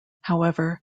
however